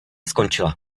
skončila